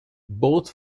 both